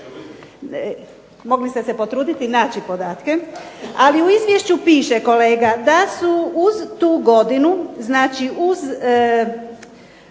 Mogli ste se potruditi i naći podatke. Ali u izvješću piše kolega da su uz tu godinu, znači uz